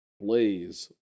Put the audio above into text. Blaze